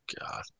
God